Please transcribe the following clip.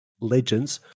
legends